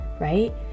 right